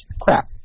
crap